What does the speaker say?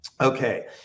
Okay